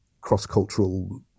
cross-cultural